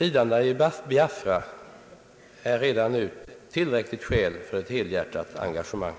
Lidandena i Biafra utgör redan nu ett tillräckligt skäl för ett helhjärtat engagemang.